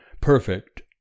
perfect